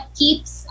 keeps